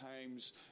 times